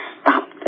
stop